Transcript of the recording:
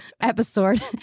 episode